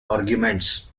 arguments